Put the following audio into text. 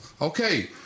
Okay